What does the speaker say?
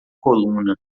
coluna